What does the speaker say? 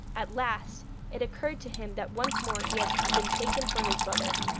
at last it occurred to him that once more he had been taken for his brother.